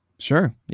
Sure